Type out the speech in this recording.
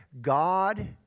God